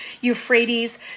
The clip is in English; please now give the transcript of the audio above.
Euphrates